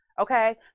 Okay